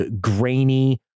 grainy